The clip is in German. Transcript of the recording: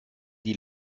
die